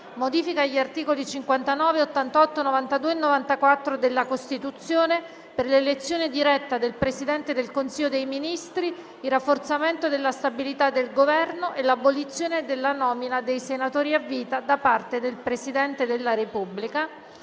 Modifiche alla parte seconda della Costituzione per l'elezione diretta del Presidente del Consiglio dei ministri, il rafforzamento della stabilità del Governo e l'abolizione della nomina dei senatori a vita da parte del Presidente della Repubblica